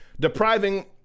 Depriving